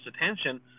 attention